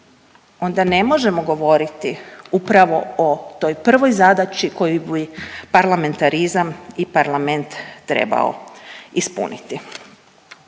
onda ne možemo govoriti upravo o toj prvoj zadaći koji bi parlamentarizam i parlament trebao ispuniti.